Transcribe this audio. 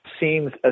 seems